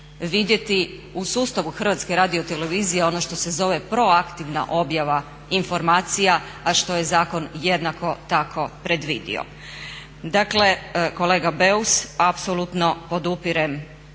vidjeti u sustavu HRT-a ono što se zove proaktivna objava informacija, a što je zakon jednako tako predvidio. Dakle kolega Beus, apsolutno podupirem